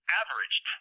averaged